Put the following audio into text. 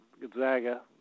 Gonzaga